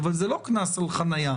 אבל זה לא קנס על חניה.